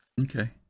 Okay